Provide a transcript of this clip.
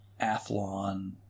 Athlon